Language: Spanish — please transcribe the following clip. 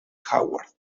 howard